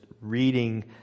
reading